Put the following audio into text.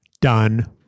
Done